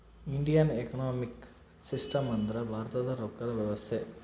Indian economic system ಅಂದ್ರ ಭಾರತದ ರೊಕ್ಕದ ವ್ಯವಸ್ತೆ